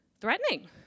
threatening